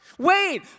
Wait